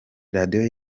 radio